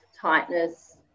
tightness